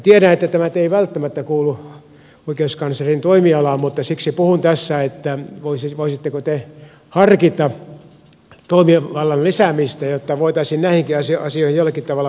tiedän että tämä nyt ei välttämättä kuulu oikeuskanslerin toimialaan mutta siksi puhun tässä että voisitteko te harkita toimivallan lisäämistä jotta voitaisiin näihinkin asioihin jollakin tavalla puuttua